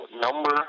number